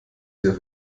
hier